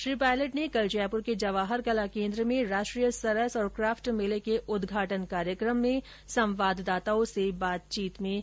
श्री पायलट ने कल जयपुर के जवाहर कला केन्द्र में राष्ट्रीय सरस एवं काफ्ट मेले के उदघाटन कार्यक्रम में संवाददाताओं से बातचीत में ये बात कही